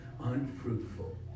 unfruitful